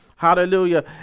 Hallelujah